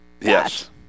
Yes